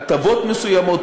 הטבות מסוימות,